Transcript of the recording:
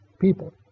people